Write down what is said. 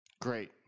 Great